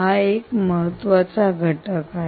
हा एक महत्वाचा घटक आहे